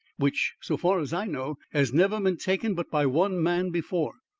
which, so far as i know, has never been taken but by one man before.